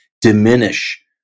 diminish